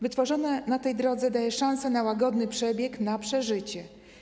Wytworzona na tej drodze, daje szanse na łagodny przebieg, na przeżycie.